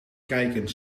kijken